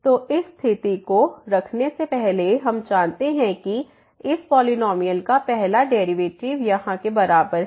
तो इस स्थिति को रखने से पहले हम जानते हैं कि इस पॉलिनॉमियल का पहला डेरिवेटिव यहाँ के बराबर है